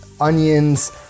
onions